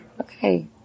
okay